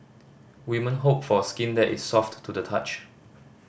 women hope for skin that is soft to the touch